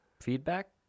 feedback